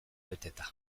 beteta